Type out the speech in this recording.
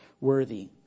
worthy